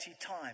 time